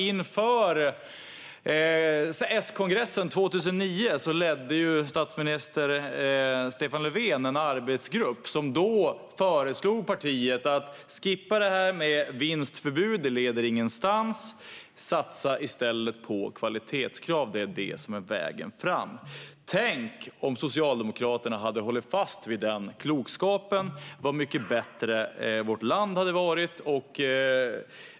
Inför S-kongressen 2009 ledde statsminister Stefan Löfven en arbetsgrupp som då föreslog partiet att skippa vinstförbud därför att det inte leder någonstans och i stället satsa på kvalitetskrav, som är vägen framåt. Tänk vad mycket bättre vårt land hade varit om Socialdemokraterna hade hållit fast vid den klokskapen.